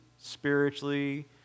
spiritually